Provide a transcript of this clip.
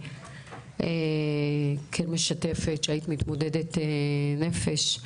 כמשתפת שהיית מתמודדת נפש.